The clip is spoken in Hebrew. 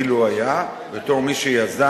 אילו היה, בתור מי שיזם,